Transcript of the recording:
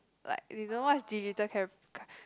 like they don't know what is digital cam~ ca~